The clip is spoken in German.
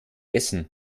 essen